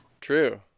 True